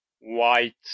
white